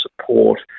support